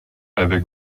avec